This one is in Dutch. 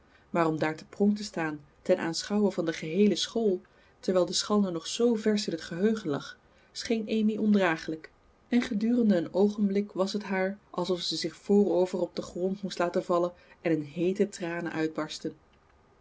om daar te pronk te staan ten aanschouwe van de geheele school terwijl de schande nog zoo versch in t geheugen lag scheen amy ondraaglijk en gedurende een oogenblik was liet haar alsof ze zich voorover op den grond moest laten vallen en in heete tranen uitbarsten